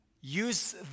use